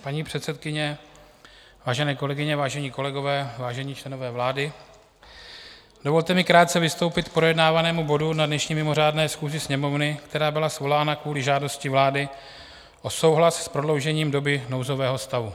Paní předsedkyně, vážené kolegyně, vážení kolegové, vážení členové vlády, dovolte mi krátce vystoupit k projednávanému bodu na dnešní mimořádné schůzi Sněmovny, která byla svolána kvůli žádosti vlády o souhlas s prodloužením doby nouzového stavu.